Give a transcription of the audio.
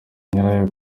nyirayo